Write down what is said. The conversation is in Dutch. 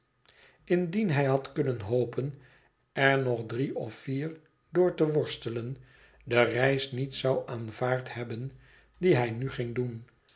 indien hij had kunnen hopen er nog drie of vier door te worstelen de reis niet zou aanvaard hebben die hij nu ging doen